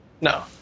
No